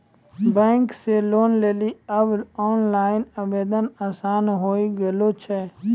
bank से loan लेली आब ओनलाइन आवेदन आसान होय गेलो छै